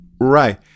Right